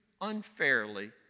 unfairly